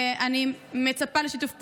ואני מצפה לשיתוף פעולה,